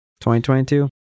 2022